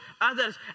others